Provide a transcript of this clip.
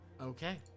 Okay